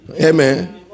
Amen